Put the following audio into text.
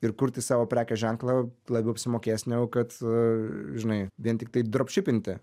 ir kurti savo prekės ženklą labiau apsimokės negu kad žinai vien tiktai dropšipinti